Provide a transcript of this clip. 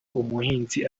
umuhinzi